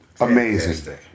amazing